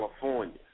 California